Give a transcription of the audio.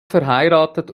verheiratet